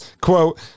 Quote